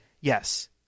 yes